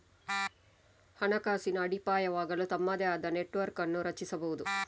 ಹಣಕಾಸಿನ ಅಡಿಪಾಯವಾಗಲು ತಮ್ಮದೇ ಆದ ನೆಟ್ವರ್ಕ್ ಅನ್ನು ರಚಿಸಬಹುದು